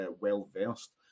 well-versed